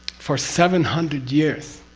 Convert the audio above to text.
for seven hundred years.